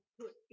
put